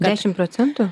dešimt procentų